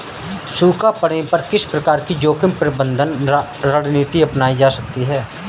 सूखा पड़ने पर किस प्रकार की जोखिम प्रबंधन रणनीति अपनाई जा सकती है?